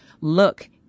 look